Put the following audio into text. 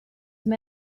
mae